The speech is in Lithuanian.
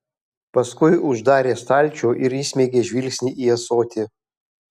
paskui uždarė stalčių ir įsmeigė žvilgsnį į ąsotį